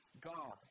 God